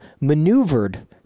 maneuvered